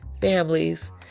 families